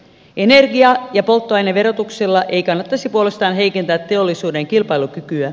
energia ja polttoaineverotuksella ei kannattaisi puolestaan heikentää teollisuuden kilpailukykyä